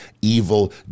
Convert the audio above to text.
evil